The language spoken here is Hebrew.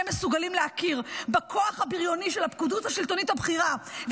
מסוגלים להכיר בכוח הבריוני של הפקידות השלטונית הבכירה,